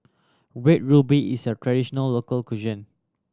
Red Ruby is a traditional local cuisine